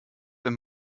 wenn